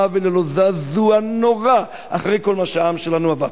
וללא זעזוע נורא אחרי כל מה שהעם שלנו עבר?